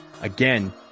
Again